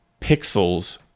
pixels